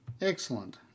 Excellent